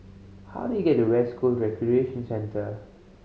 how do I get to West Coast Recreation Centre